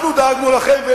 אנחנו דאגנו להם,